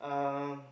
um